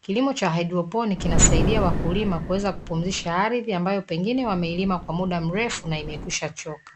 Kilimo cha hydroponiki ambacho kinasaidia wakulima kuweza kurutubisha ardhi ambayo pengine wamelima kwa mda mrefu na imekwishachoka.